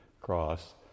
cross